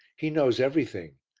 he knows everything.